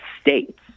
states